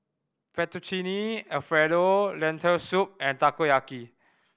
Fettuccine Alfredo Lentil Soup and Takoyaki